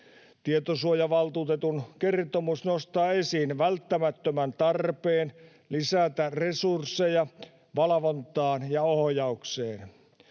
Tietosuojavaltuutetun kertomus nostaa esiin välttämättömän tarpeen lisätä resursseja valvontaan ja ohjaukseen.